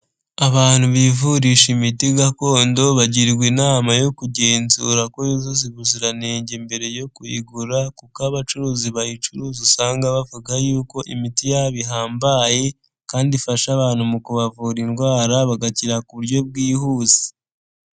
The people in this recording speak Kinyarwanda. Abantu bivurisha imiti gakondo bagirwa inama yo kugenzura ko yuzuza ubuziranenge mbere yo kuyigura kuko abacuruzi bayicuruza usanga bavuga yuko imiti yabo ihambaye kandi ifasha abantu mu kubavura indwara, bagakira ku buryo bwihuse.